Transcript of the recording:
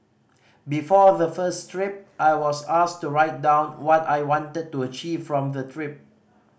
before the first trip I was asked to write down what I wanted to achieve from the trip